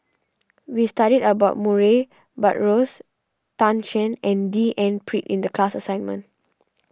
we studied about Murray Buttrose Tan Shen and D N Pritt in the class assignment